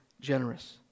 generous